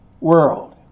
world